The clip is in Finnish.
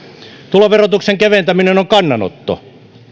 tuloverotuksen keventäminen on kannanotto